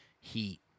Heat